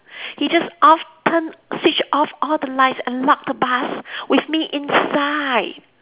he just off turn switched off all the lights and lock the bus with me inside